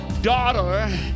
Daughter